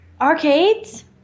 Arcades